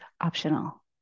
optional